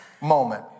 moment